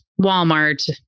Walmart